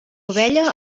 ovella